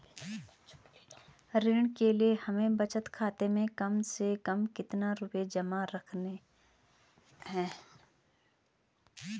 ऋण के लिए हमें बचत खाते में कम से कम कितना रुपये जमा रखने हैं?